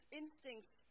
instincts